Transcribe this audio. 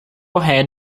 ahead